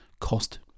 Cost